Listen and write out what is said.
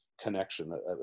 connection